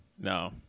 No